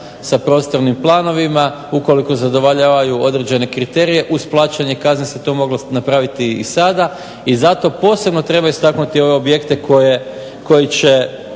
sa prostornim planovima, ukoliko zadovoljavaju određene kriterije uz plaćanje kazne se to moglo napraviti i sada i zato posebno treba istaknuti ove objekte koji će